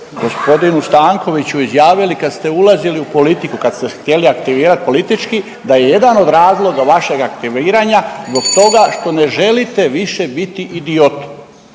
gospodinu Stankoviću izjavili kad ste ulazili u politiku kad ste htjeli politički da je jedan od razloga vašeg aktiviranja zbog toga što ne želite više biti idiot.